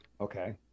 Okay